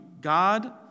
God